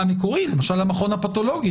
מהמקורי, למשל המכון הפתולוגי.